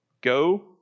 Go